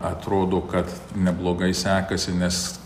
atrodo kad neblogai sekasi nes